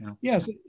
yes